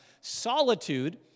solitude